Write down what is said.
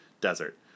desert